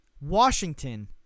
Washington